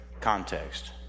context